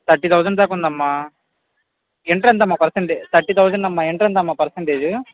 thirty thousand దాకా ఉందమ్మా inter ఎంతమ్మ పర్సన్ థర్టీ థౌసండ్ అమ్మ ఇంటర్ ఎంతమ్మ పర్సంటేజ్